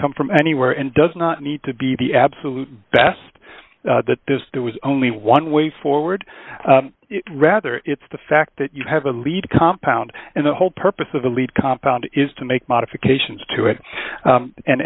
come from anywhere and does not need to be the absolute best that there was only one way forward rather it's the fact that you have a lead compound and the whole purpose of the lead compound is to make modifications to it